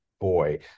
boy